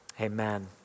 amen